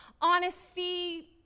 honesty